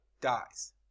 dies